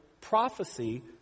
prophecy